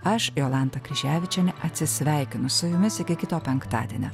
aš jolanta kryževičienė atsisveikinu su jumis iki kito penktadienio